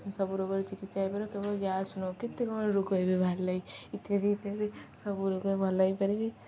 ସବୁ ରୋଗରେ ଚିକିତ୍ସା ହେଇପାରିବ କେବଳ ଗ୍ୟାସ ନୁହଁ କେତେ କ'ଣ ରୋଗ ଏବେ ବାହାର ଲାଇଁ ଇତ୍ୟାଦି ଇତ୍ୟାଦି ସବୁ ରୋଗ ଭଲ ହେଇପାରିବି